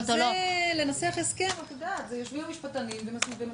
אבל זה לנסח הסכם יושבים המשפטנים ומנסחים.